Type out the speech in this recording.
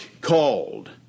called